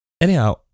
Anyhow